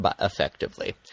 effectively